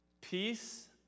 peace